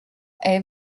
est